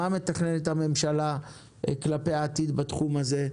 מה מתכננת הממשלה כלפי העתיד בתחום הזה,